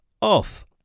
off